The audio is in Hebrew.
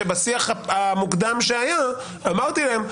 שבשיח המוקדם שהיה אמרתי להם,